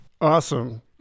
Awesome